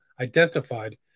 identified